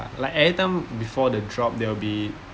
like every time before the drop there'll be